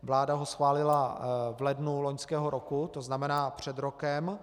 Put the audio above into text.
Vláda ho schválila v lednu loňského roku, to znamená před rokem.